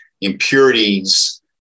impurities